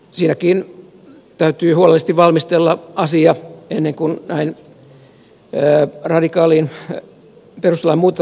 siinäkin täytyy huolellisesti valmistella asia ennen kuin näin radikaaliin perustuslain muuttamiseen lähdetään